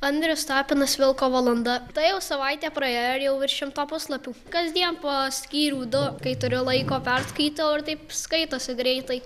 andrius tapinas vilko valanda tai jau savaitė praėjo ir jau virš šimto puslapių kasdien po skyrių du kai turiu laiko perskaitau ir taip skaitosi greitai